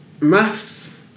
maths